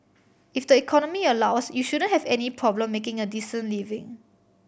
if the economy allows you shouldn't have any problem making a decent living